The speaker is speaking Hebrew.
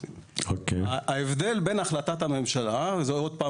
ההבדל בין החלטת הממשלה - שווב,